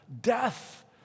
Death